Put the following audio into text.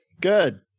Good